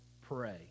pray